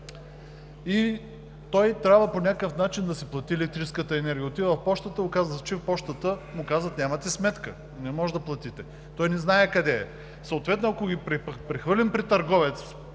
и трябва по някакъв начин да си плати електрическата енергия. Отива в Пощата и се оказва, че в Пощата му казват: нямате сметка, не можете да платите. Той не знае къде е. Съответно, ако ги прехвърлим при търговец